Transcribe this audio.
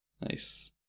Nice